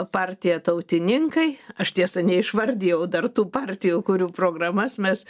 partija tautininkai aš tiesa neišvardijau dar tų partijų kurių programas mes